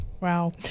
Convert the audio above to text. Wow